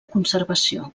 conservació